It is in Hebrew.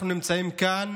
אנחנו נמצאים כאן